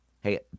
Hey